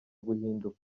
guhinduka